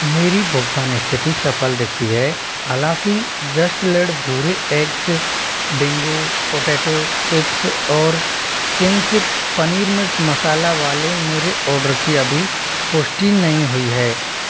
मेरी भुगतान स्थिति सफल दिखती है हालाँकि जस्ट लेड भूरे एग्स बिंगो पोटैटो चिप्स और चिंग्स पनीर मिर्च मसाला वाले मेरे आर्डर की अभी पुष्टि नहीं हुई है